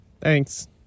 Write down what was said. Thanks